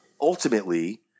ultimately